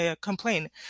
complain